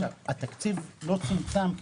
התקציב לא צומצם כי